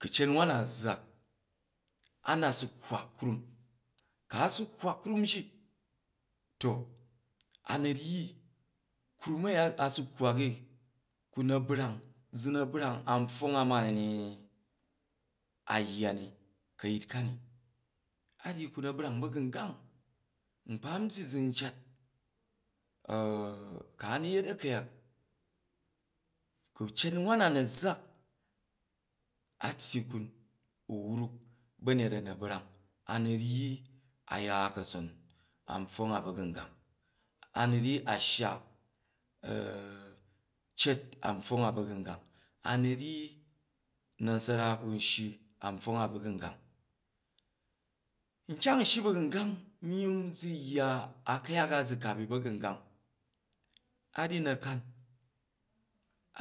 Kuce muna zak a nat su kwaak krum, kru a su kuwak krumji to anu ryyi, kum a̱ya asu kwaak i, ku na̱ brang, zu na̱ brang an pfwong a mani ayya ni ka̱yit kani a ryyi ku na̱ brang ba̱gungang, nkpa nbbyyi zu n cat ku a nu yet a̱ku̱yak ku cet wan na na zzak, a tyyi kun u wruk ba̱nyet a na̱ brang a nu ryyi aya ka̱son an pfwonga ba̱gungang, a nu ryyi ashya a at an pfwong a ba̱gungang, a nu ryyi nasara ku n shyi an pfwong a ba̱gungang. Nkyong n shyi ba̱gungang myimm gu yya a ku̱yak a zu kap ni ba̱gungang, ryi na̱kan,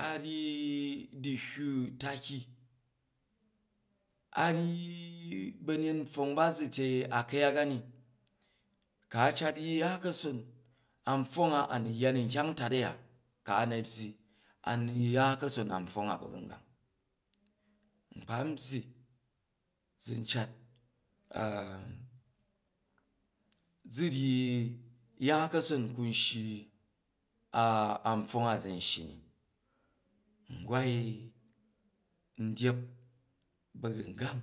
aryy du̱hyyu taki, a ryyi ba̱nyet npfwong ba zu tyei a ku̱yak ani ku̱ a cat ryyi ya ka̱son apfwong a na yya ni nkyong ntat a̱ya ku ana byyi a nu ya ka̱ron an pfwong a ba̱gungang nkpa nbyyi zu matiyu ryyi ya kasona an pfwong a zun shyi ni, ngawai ndyep ba̱gungang